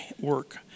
work